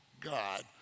God